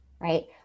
right